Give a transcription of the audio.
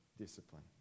Discipline